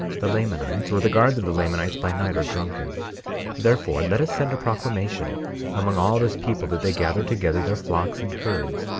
the lamanites, or the guards of the lamanites, by night are drunken therefore let us send a proclamation among all this people that they gather together their flocks and herds,